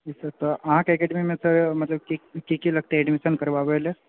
जी sir तऽ अहाँकेँ एकैडेमीमे तऽ मतलब की की लगतए एडमिशन करबाबए लऽ